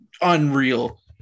unreal